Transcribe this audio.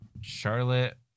Charlotte